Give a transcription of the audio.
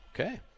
Okay